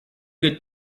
good